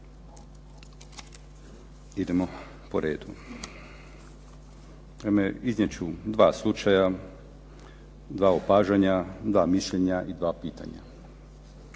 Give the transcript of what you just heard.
Idemo po redu. Naime, iznijet ću dva slučaja, dva opažanja, dva mišljenja i dva pitanja.